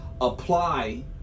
apply